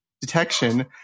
detection